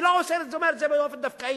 אני לא עושה ואומר את זה באופן דווקאי.